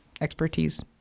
expertise